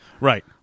right